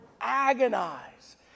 agonize